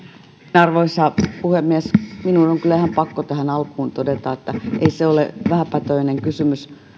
arvoisa puhemies minun on kyllä ihan pakko tähän alkuun todeta ettei se ole vähäpätöinen kysymys